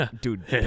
dude